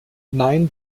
nein